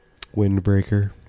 windbreaker